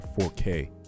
4K